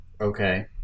Okay